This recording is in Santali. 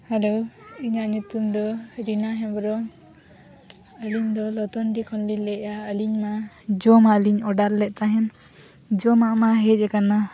ᱦᱮᱞᱳ ᱤᱧᱟᱹᱜ ᱧᱩᱛᱩᱢ ᱫᱚ ᱨᱤᱱᱟ ᱦᱮᱢᱵᱨᱚᱢ ᱟᱞᱤᱝ ᱫᱚ ᱱᱚᱛᱩᱱᱰᱤ ᱠᱷᱚᱱ ᱞᱤᱝ ᱞᱟᱹᱭᱮᱫᱼᱟ ᱟᱞᱤᱝᱢᱟ ᱡᱚᱢᱟᱜ ᱞᱤᱝ ᱚᱰᱟᱨ ᱞᱮᱫ ᱛᱟᱦᱮᱫ ᱡᱚᱢᱟᱜ ᱢᱟ ᱦᱮᱡ ᱟᱠᱟᱱᱟ